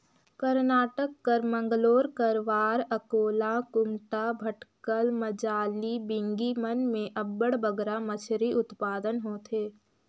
करनाटक कर मंगलोर, करवार, अकोला, कुमटा, भटकल, मजाली, बिंगी मन में अब्बड़ बगरा मछरी उत्पादन होथे